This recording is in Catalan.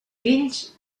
fills